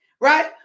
Right